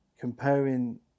comparing